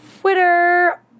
Twitter